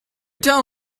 tell